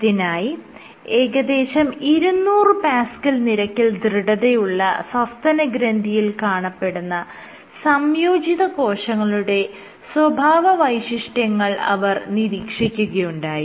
ഇതിനായി ഏകദേശം 200Pa നിരക്കിൽ ദൃഢതയുള്ള സസ്തനഗ്രന്ഥിയിൽ കാണപ്പെടുന്ന സംയോജിത കോശങ്ങളുടെ സ്വഭാവവൈശിഷ്ട്യങ്ങൾ അവർ നിരീക്ഷിക്കുകയുണ്ടായി